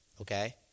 okay